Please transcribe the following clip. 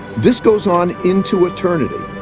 this goes on into eternity.